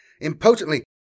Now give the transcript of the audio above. impotently